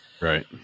Right